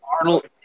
Arnold